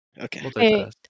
Okay